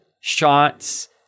shots